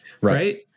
right